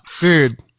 Dude